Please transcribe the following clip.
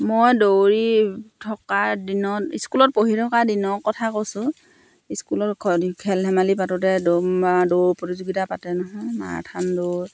মই দৌৰি থকাৰ দিনত স্কুলত পঢ়ি থকা দিনৰ কথা কৈছোঁ স্কুলত খেল ধেমালি পাতোতে দৌ বা দৌৰ প্ৰতিযোগীতা পাতে নহয় মাৰাথান দৌৰ